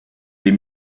des